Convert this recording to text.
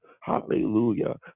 hallelujah